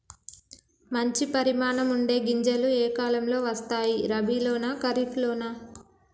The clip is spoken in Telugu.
మంచి పరిమాణం ఉండే గింజలు ఏ కాలం లో వస్తాయి? రబీ లోనా? ఖరీఫ్ లోనా?